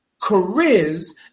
careers